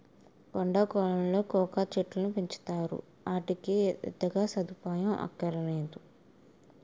కొండా కోనలలో కోకా చెట్టుకును పెంచుతారు, ఆటికి పెద్దగా సదుపాయం అక్కరనేదు